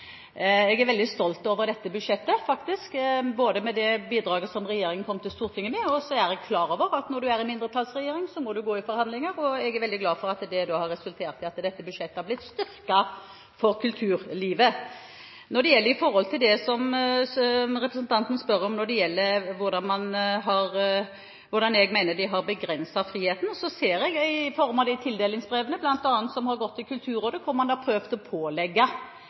Jeg er faktisk veldig stolt over dette budsjettet – ikke bare over det bidraget regjeringen kom til Stortinget med. Jeg er også klar over at når man er i mindretallsregjering, må man gå i forhandlinger, og jeg er veldig glad for at det har resultert i at dette budsjettet har blitt styrket for kulturlivet. Når det gjelder representantens spørsmål om hvordan jeg mener det har begrenset friheten, ser jeg det i form at de tildelingsbrevene som bl.a. har gått til Kulturrådet, hvor man har prøvd å pålegge